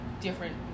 different